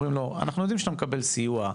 אומרים לו אנחנו יודעים שאתה מקבל סיוע,